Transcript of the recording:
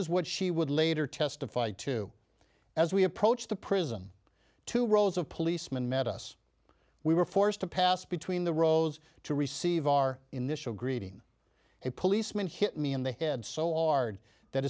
is what she would later testify to as we approached the prison two rows of policemen met us we were forced to pass between the rows to receive our initial greeting a policeman hit me in the head so on ard that